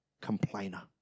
complainer